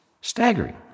staggering